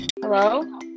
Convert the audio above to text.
hello